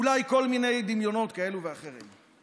אולי כל מיני דמיונות כאלה ואחרים?